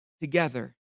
together